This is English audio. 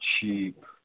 cheap